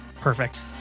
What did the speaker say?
Perfect